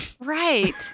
Right